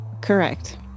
Correct